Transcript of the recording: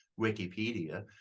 Wikipedia